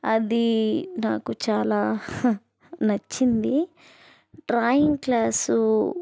అది నాకు చాలా నచ్చింది డ్రాయింగ్ క్లాసు